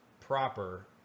proper